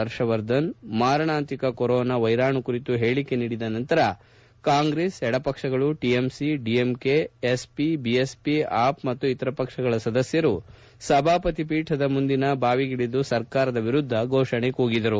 ಹರ್ಷವರ್ಧನ್ ಮಾರಣಾಂತಿಕ ಕೊರೋನಾ ವೈರಾಣು ಕುರಿತು ಹೇಳಿಕೆ ನೀಡಿದ ನಂತರ ಕಾಂಗ್ರೆಸ್ ಎಡಪಕ್ಷಗಳು ಟಿಎಂಸಿ ಡಿಎಂಕೆ ಎಸ್ಪಿ ಬಿಎಸ್ಪಿ ಆಪ್ ಮತ್ತು ಇತರ ಪಕ್ಷಗಳ ಸದಸ್ಯರು ಸಭಾಪತಿ ಪೀಠದ ಮುಂದಿನ ಭಾವಿಗಿಳಿದು ಸರ್ಕಾರದ ವಿರುದ್ದ ಘೋಷಣೆ ಕೂಗಿದರು